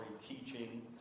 teaching